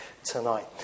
tonight